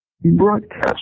broadcast